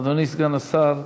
אדוני סגן השר,